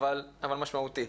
אבל משמעותי.